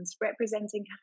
representing